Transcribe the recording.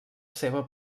seva